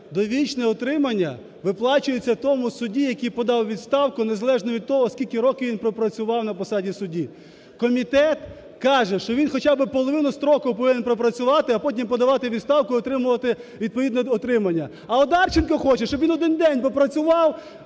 довічне утримання виплачується тому судді, який подав у відставку незалежно від того, скільки років він пропрацював на посаді судді. Комітет каже, що він хоча би половину строку повинен пропрацювати, а потім подавати у відставку і отримувати відповідне отримання. А Одарченко хоче, щоб він один день попрацював,